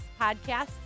podcasts